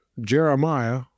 Jeremiah